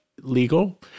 legal